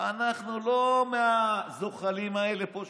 ולא של ז'בוטינסקי, וזהו.